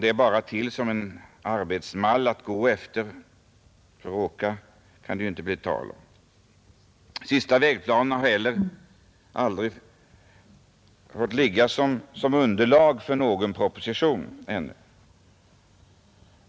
Den är bara till som en arbetsmall att gå efter — för åka kan det ju inte bli tal om. Den senaste vägplanen har heller ännu inte fått ligga som underlag för någon proposition.